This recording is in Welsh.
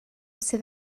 sydd